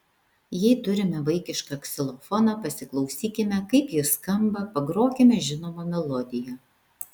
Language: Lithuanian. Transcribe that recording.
jei turime vaikišką ksilofoną pasiklausykime kaip jis skamba pagrokime žinomą melodiją